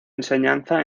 enseñanza